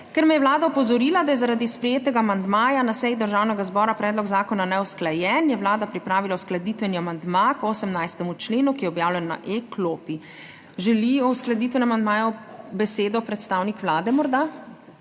Ker me je Vlada opozorila, da je zaradi sprejetega amandmaja na seji Državnega zbora predlog zakona neusklajen, je Vlada pripravila uskladitveni amandma k 18. členu, ki je objavljen na e-klopi. Želi morda o uskladitvenem amandmaju besedo predstavnik Vlade?